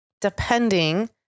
depending